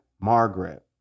Margaret